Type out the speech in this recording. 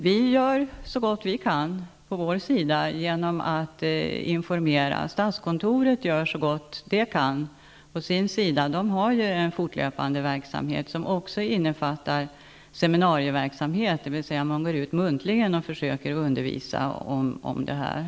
Vi gör så gott vi kan på vår sida genom att informera. Statskontoret gör så gott det kan och har en fortlöpande verksamhet som också innefattar seminarier, dvs. man försöker att muntligen undervisa om de regler som gäller.